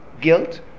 Guilt